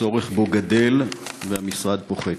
הצורך בו גדל והמשרד פוחת.